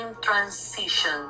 transition